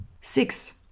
Six